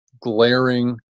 glaring